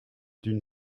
d’une